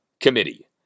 committee